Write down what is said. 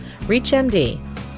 ReachMD